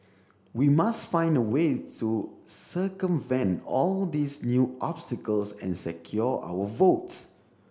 we must find a way to circumvent all these new obstacles and secure our votes